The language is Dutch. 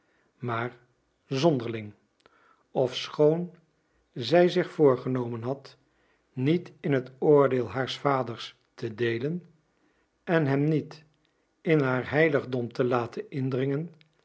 maar zonderling ofschoon zij zich voorgenomen had niet in het oordeel haars vaders te deelen en hem niet in haar heiligdom te laten indringen